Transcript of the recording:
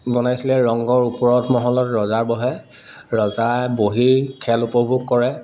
বনাইছিলে ৰংঘৰৰ ওপৰত মহলত ৰজা বহে ৰজা বহি খেল উপভোগ কৰে